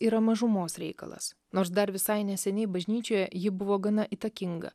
yra mažumos reikalas nors dar visai neseniai bažnyčioje ji buvo gana įtakinga